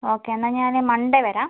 okay എന്നാൽ ഞാൻ Monday വരാം